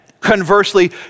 conversely